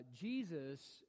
Jesus